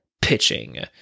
Pitching